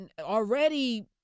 already